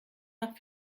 nach